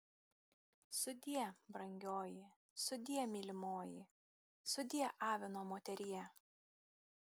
sudie brangioji sudie mylimoji sudie avino moterie